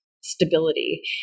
stability